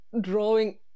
drawing